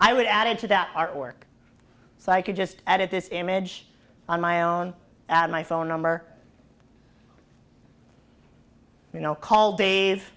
i would add to that artwork so i could just at this image on my own at my phone number you know call dave